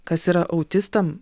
kas yra autistam